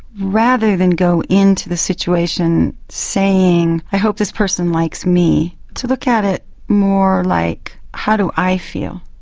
rather than go into this situation saying i hope this person likes me, to look at it more like how do i feel,